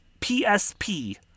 PSP